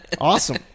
awesome